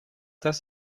das